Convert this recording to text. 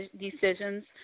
decisions